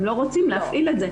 הם לא רוצים להפעיל את זה.